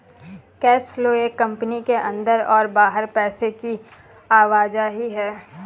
cash flow एक company के अंदर और बाहर पैसे की आवाजाही है